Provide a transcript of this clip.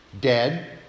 dead